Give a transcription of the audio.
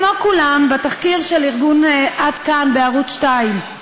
כמו כולם, בתחקיר של ארגון "עד כאן" בערוץ 22,